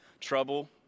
trouble